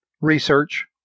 research